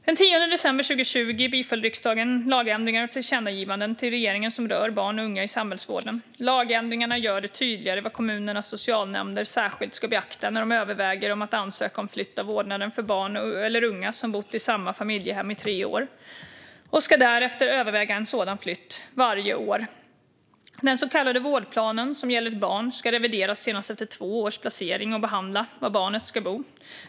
Den 10 december 2020 biföll riksdagen lagändringar och tillkännagivanden till regeringen som rör barn och unga i samhällsvården. Lagändringarna gör det tydligare vad kommunernas socialnämnder särskilt ska beakta när de överväger att ansöka om flytt av vårdnaden för barn eller unga som bott i samma familjehem i tre år. Man ska därefter överväga en sådan flytt varje år. Den så kallade vårdplanen som gäller ett barn ska revideras senast efter två års placering och behandla var barnet ska bo.